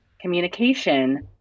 communication